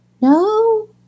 No